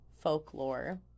folklore